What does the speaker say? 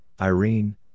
Irene